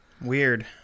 Weird